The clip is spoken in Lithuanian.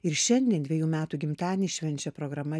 ir šiandien dvejų metų gimtadienį švenčia programa